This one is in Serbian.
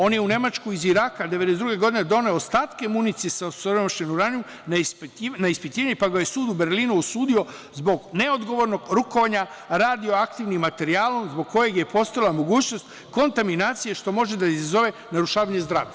On je u Nemačku iz Iraka 1992. godine doneo ostatke municije sa osiromašenim uranijumom na ispitivanje, pa ga je sud u Berlinu osudio zbog neodgovornog rukovanja radioaktivnim materijalom, zbog kojeg je postojala mogućnost kontaminacije, što može da izazove narušavanje zdravlja.